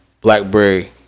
blackberry